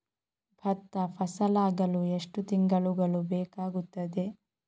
ಭತ್ತ ಫಸಲಾಗಳು ಎಷ್ಟು ತಿಂಗಳುಗಳು ಬೇಕಾಗುತ್ತದೆ?